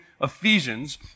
Ephesians